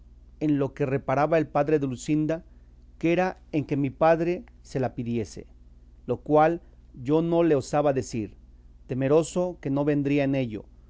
en lo que reparaba el padre de luscinda que era en que mi padre se la pidiese lo cual yo no le osaba decir temeroso que no vendría en ello